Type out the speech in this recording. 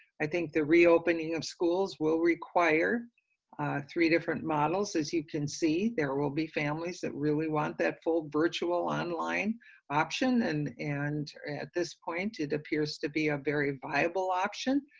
i think the reopening of schools will require three different models as you can see, there will be families that really want that full virtual online option, and and at this point, it appears to be a very viable option.